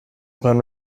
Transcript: upon